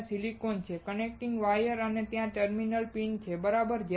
ત્યાં silicon chip છે ત્યાં કનેક્ટિંગ વાયર છે અને ત્યાં ટર્મિનલ પિન છે બરાબર છે